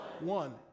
One